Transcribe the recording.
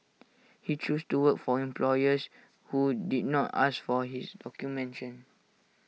he chose to work for employers who did not ask for his documentation